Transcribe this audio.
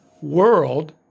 world